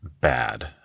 bad